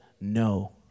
no